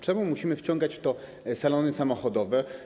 Czemu musimy wciągać w to salony samochodowe?